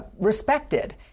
respected